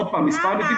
כמה?